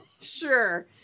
Sure